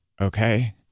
Okay